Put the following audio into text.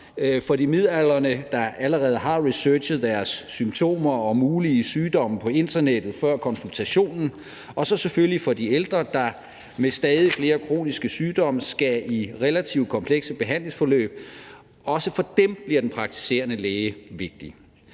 for de midaldrende, der allerede har researchet deres symptomer og mulige sygdomme på internettet før konsultationen, og så selvfølgelig for de ældre, der med stadig flere kroniske sygdomme skal i relativ komplekse behandlingsforløb – også for dem bliver den praktiserende læge vigtig.